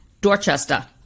Dorchester